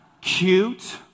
Cute